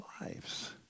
lives